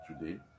today